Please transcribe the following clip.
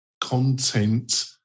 content